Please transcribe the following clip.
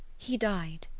he died,